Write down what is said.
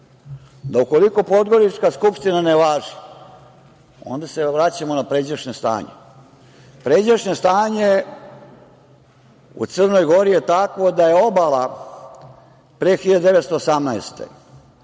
da ukoliko podgorička Skupština ne važi, onda se vraćamo na pređašnje stanje. Pređašnje stanje u Crnoj Gori je takvo da je obala pre 1918.